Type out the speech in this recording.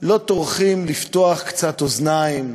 לא טורחים לפתוח קצת אוזניים,